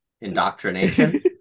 indoctrination